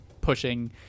pushing